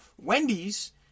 Wendy's